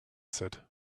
said